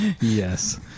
yes